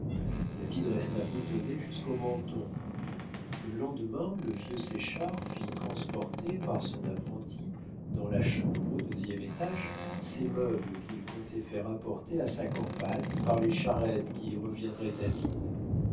david resta boutonné jusqu'au menton le lendemain le vieux séchard fit transporter par son apprenti dans la chambre au deuxième étage ses meubles qu'il comptait faire apporter à sa campagne par les charrettes qui y reviendraient à vide